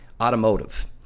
Automotive